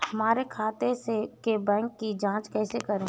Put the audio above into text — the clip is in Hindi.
हमारे खाते के बैंक की जाँच कैसे करें?